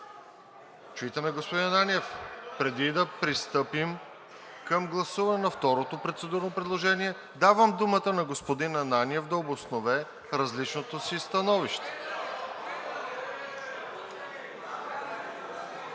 Чуйте ме, господин Ананиев! Преди да пристъпим към гласуване на второ процедурно предложение, давам думата на господин Ананиев да обоснове различното си становище.